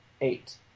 eight